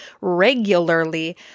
regularly